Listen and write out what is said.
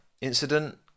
incident